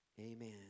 Amen